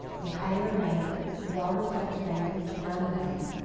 they hire a banker, a well-respected banker to run the bank.